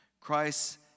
Christ